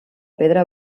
pedra